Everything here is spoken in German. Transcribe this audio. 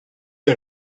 der